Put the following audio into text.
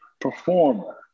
performer